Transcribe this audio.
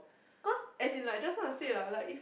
cause as in like just now I said what like if